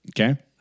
Okay